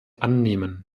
annehmen